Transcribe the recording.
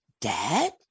Dad